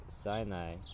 Sinai